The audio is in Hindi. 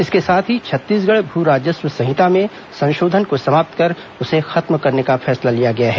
इसके साथ ही छत्तीसगढ़ भू राजस्व संहिता में संशोधन को समाप्त कर उसे खत्म करने का फैसला लिया गया है